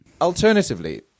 Alternatively